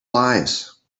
lives